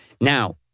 Now